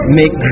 make